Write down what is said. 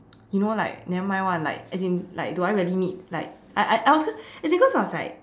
you know like nevermind [one] like as in like do I really need like I I it was cause as in cause I was like